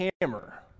hammer